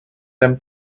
them